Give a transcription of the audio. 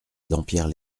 dampierre